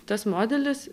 tas modelis